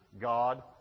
God